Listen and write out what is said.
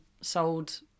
sold